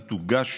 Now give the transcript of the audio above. היא תוגש